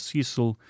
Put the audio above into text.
Cecil